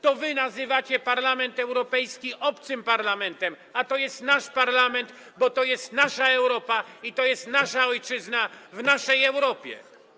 To wy nazywacie Parlament Europejski obcym parlamentem, a to jest nasz parlament, bo to jest nasza Europa i to jest nasza ojczyzna w naszej Europie.